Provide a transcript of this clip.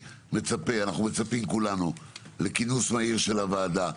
אנחנו מצפים כולנו לכינוס מהיר של הוועדה,